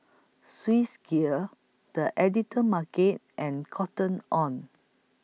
Swissgear The Editor's Market and Cotton on